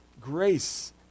Grace